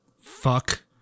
Fuck